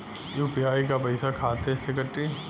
UPI क पैसा खाता से कटी?